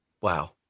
Wow